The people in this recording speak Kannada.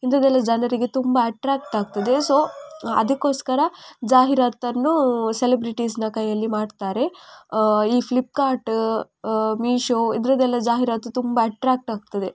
ಇಂಥದ್ದೆಲ್ಲ ಜನರಿಗೆ ತುಂಬ ಅಟ್ರ್ಯಾಕ್ಟ್ ಆಗ್ತದೆ ಸೊ ಅದಕ್ಕೋಸ್ಕರ ಜಾಹಿರಾತನ್ನೂ ಸೆಲಬ್ರಿಟೀಸ್ನ ಕೈಯ್ಯಲ್ಲಿ ಮಾಡ್ತಾರೆ ಈ ಫ್ಲಿಪ್ಕಾರ್ಟ್ ಮೀಶೋ ಇದರದ್ದೆಲ್ಲ ಜಾಹಿರಾತು ತುಂಬ ಅಟ್ರ್ಯಾಕ್ಟ್ ಆಗ್ತದೆ